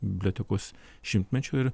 bibliotekos šimtmečio ir